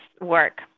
work